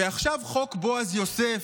ועכשיו חוק בועז יוסף,